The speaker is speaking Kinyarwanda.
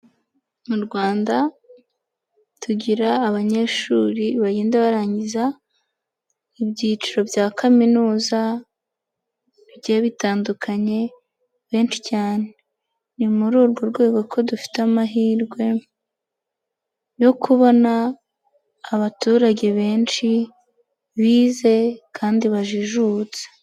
Mu Rwanda tugira abanyeshuri bagenda barangiza ibyiciro bya kaminuza bigiye bitandukanye benshi cyane. Ni muri urwo rwego ko dufite amahirwe, yo kubona abaturage benshi bize kandi bajijutse.